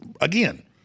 again